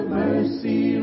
mercy